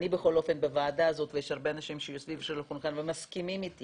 אני בכל אופן בוועדה הזאת ויש הרבה שסביב השולחן שמסכימים איתי